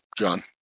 John